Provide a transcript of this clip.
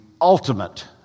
ultimate